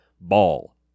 Ball